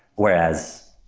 whereas,